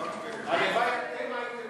2016, לוועדת הכספים